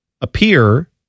appear